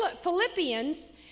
Philippians